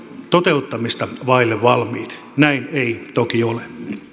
toteuttamista vaille valmiit näin ei toki ole